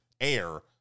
air